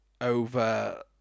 over